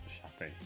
shopping